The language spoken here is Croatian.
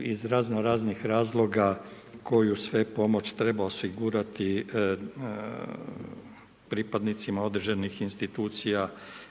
iz razno-raznih razloga koju sve pomoć treba osigurati pripadnicima određenih institucija